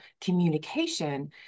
communication